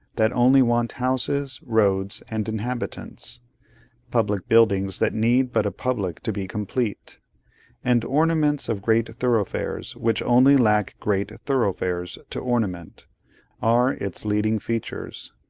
that only want houses, roads and inhabitants public buildings that need but a public to be complete and ornaments of great thoroughfares, which only lack great thoroughfares to ornament are its leading features.